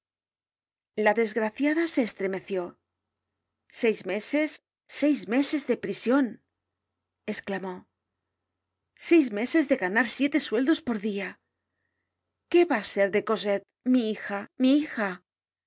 la desgraciada se estremeció seis meses seis meses de prision esclamó seis meses de ganar siete sueldos por dia qué va á ser de cosette mi hija mi hija